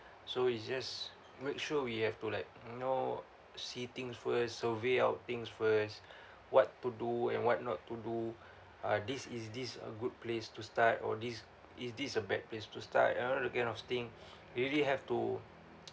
so it's just make sure we have to like know see things first survey our things first what to do and what not to do ah this is this a good place to start or this is this a bad place to start you know that kind of thing really have to